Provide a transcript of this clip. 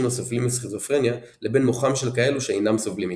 הסובלים מסכיזופרניה לבין מוחם של כאלו שאינם סובלים מכך.